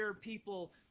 people